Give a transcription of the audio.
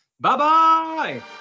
Bye-bye